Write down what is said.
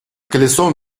колесом